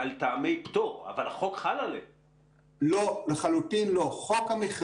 אותו מספר עובדים יישאר שמונה שבועות,